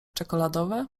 czekoladowe